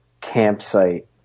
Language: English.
campsite